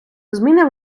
зміни